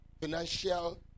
financial